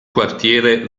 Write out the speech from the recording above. quartiere